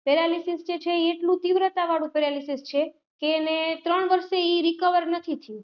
paralysis જે છે એટલું તીવ્રતાવાળું પેરાલીસીસ છે કે એને ત્રણ વર્ષે એ રિકવર નથી થયું